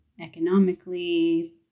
Economically